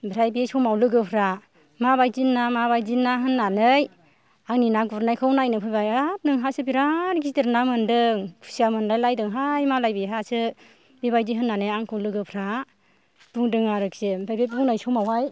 ओमफ्राय बे समाव लोगोफ्रा माबायदि ना माबायदि ना होननानै आंनि ना गुरनायखौ नायनो फैबाय हाब नोंहासो बिरात गिदिर ना मोनदों खुसिया मोनलाय लायदोंहाय मालाय बेहासो बेबायदि होननानै आंखौ लोगोफ्रा बुंदों आरोखि ओमफ्राय बे बुंनाय समावहाय